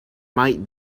might